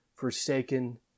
forsaken